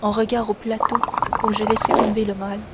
en regard du plateau où j'ai laissé tomber le mal